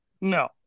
No